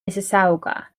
mississauga